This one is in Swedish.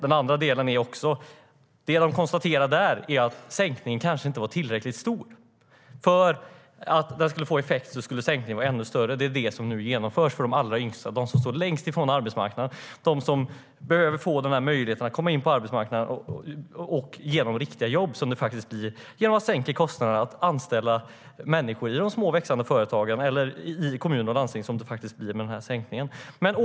Den andra delen är att man konstaterar att sänkningen kanske inte var tillräckligt stor. För att få effekt skulle sänkningen ha varit ännu större. Det är det som nu genomförs för de allra yngsta, de som står längst från arbetsmarknaden och behöver få den här möjligheten att komma in på arbetsmarknaden, för att ge dem riktiga jobb - som det faktiskt blir - genom att sänka de kostnader för att anställa i små och växande företag eller i kommuner och landsting som den här sänkningen medför.